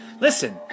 Listen